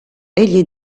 egli